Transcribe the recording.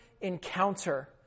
encounter